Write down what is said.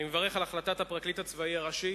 אני מברך על החלטת הפרקליט הצבאי הראשי